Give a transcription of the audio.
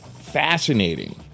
fascinating